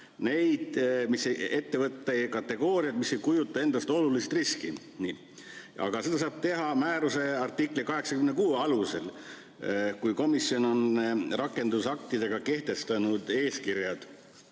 teatavad ettevõtete kategooriad, mis ei kujuta endast olulist riski." Nii. Aga seda saab teha määruse artikli 86 alusel komisjoni rakendusaktidega kehtestatud eeskirjade